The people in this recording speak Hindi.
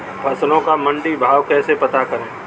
फसलों का मंडी भाव कैसे पता करें?